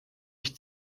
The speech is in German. ich